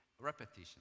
repetition